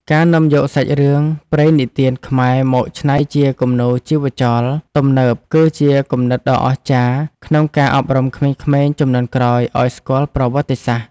ការនាំយកសាច់រឿងព្រេងនិទានខ្មែរមកច្នៃជាគំនូរជីវចលទំនើបគឺជាគំនិតដ៏អស្ចារ្យ ក្នុងការអប់រំក្មេងៗជំនាន់ក្រោយឱ្យស្គាល់ប្រវត្តិសាស្ត្រ។